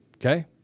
okay